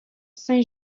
saint